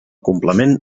complement